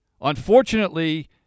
Unfortunately